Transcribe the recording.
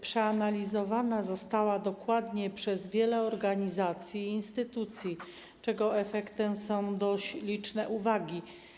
Przeanalizowana została dokładnie przez wiele organizacji i instytucji, czego efektem są dość liczne uwagi.